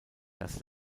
das